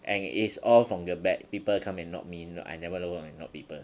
and it's all from the back people come and knock me n~ I never go and knock people